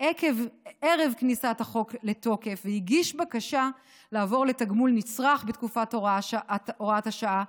ערב כניסת החוק לתוקף והגיש בקשה לעבור לתגמול נצרך בתקופת הוראת השעה